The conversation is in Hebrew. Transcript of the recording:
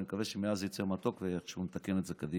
אני מקווה שמעז יצא מתוק ואיכשהו נתקן את זה קדימה.